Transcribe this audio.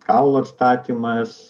kaulų atstatymas